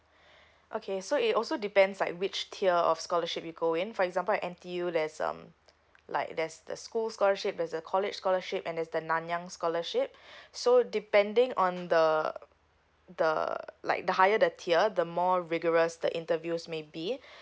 okay so it also depends like which tier of scholarship we go in for example at N_T_U there's um like there's the school's scholarship there's the college scholarship and there's the nanyang scholarship so depending on the the like the higher the tier the more rigorous the interviews may be